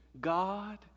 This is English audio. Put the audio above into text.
God